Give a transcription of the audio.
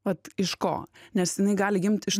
vat iš ko nes jinai gali gimt iš